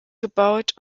gebaut